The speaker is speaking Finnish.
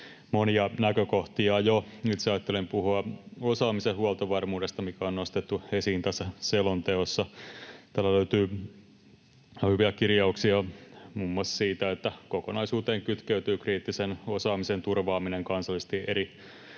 monia näkökohtia. Itse ajattelen puhua osaamisen huoltovarmuudesta, mikä on nostettu esiin tässä selonteossa. Täältä löytyy ihan hyviä kirjauksia muun muassa siitä, että kokonaisuuteen kytkeytyy kriittisen osaamisen turvaaminen kansallisesti eri